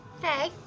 Hey